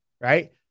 right